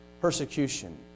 persecution